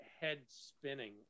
head-spinning